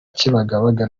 kibagabaga